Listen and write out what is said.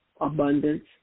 abundance